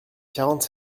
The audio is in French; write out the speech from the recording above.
quarante